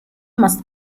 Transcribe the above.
must